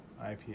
IPA